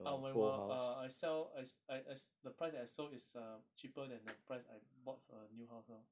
ah when 我 uh I sell I s~ I I s~ the price that I sold is uh cheaper than the price I bought for a new house lor